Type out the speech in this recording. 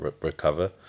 recover